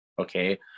Okay